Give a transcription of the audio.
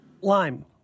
lime